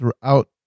throughout